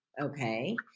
okay